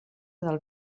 del